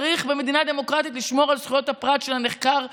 צריך במדינה דמוקרטית לשמור על זכויות הפרט של הנחקר והנאשם,